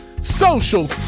social